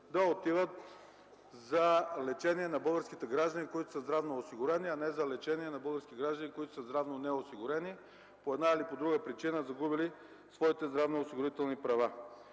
да отиват за лечение на българските граждани, които са здравноосигурени, а не за лечение на български граждани, които са здравно неосигурени, по една или друга причина загубили своите здравноосигурителни права.